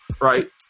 right